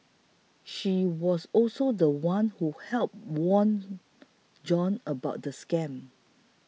she was also the one who helped warn John about the scam